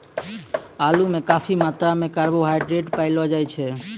आलू म काफी मात्रा म कार्बोहाइड्रेट पयलो जाय छै